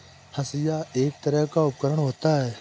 हंसिआ एक तरह का उपकरण होता है